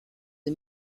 des